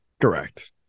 Correct